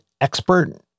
expert